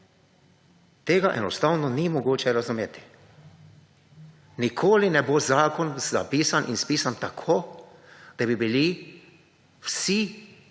Tega enostavno ni mogoče razumeti. Nikoli ne bo zakon zapisan in spisan tako, da bi bili vsi